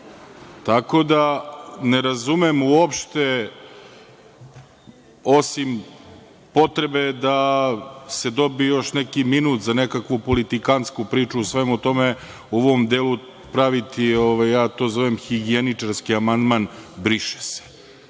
Tako da, ne razumem uopšte, osim potrebe da se dobije još neki minut za nekakvu politikansku priču u svemu tome, u ovom delu praviti, ja to zovem higijeničarski amandman, briše